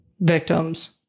victims